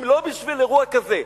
אם לא בשביל אירוע כזה,